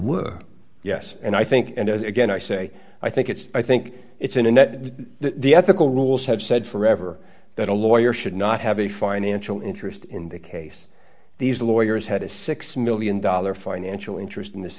were yes and i think and again i say i think it's i think it's in a net the ethical rules have said forever that a lawyer should not have a financial interest in the case these lawyers had a six million dollars financial interest in this